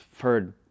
heard